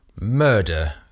Murder